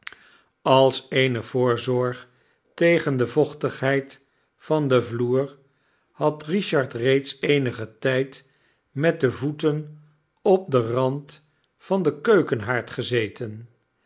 als eene voorzorg tegen de vochtigheid van den vloer had richard reeds eenigen tijd met de voeten op den rand van den keukenhaard gezeten